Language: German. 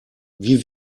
wie